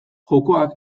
jokoak